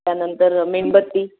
त्यानंतर मेणबत्ती